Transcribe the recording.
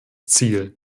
ziel